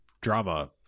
drama